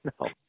no